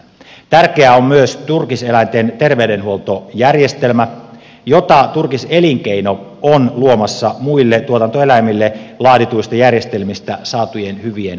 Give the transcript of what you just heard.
tärkeää on myös turkiseläinten terveydenhuoltojärjestelmä jota turkiselinkeino on luomassa muille tuotantoeläimille laadituista järjestelmistä saatujen hyvien kokemusten perusteella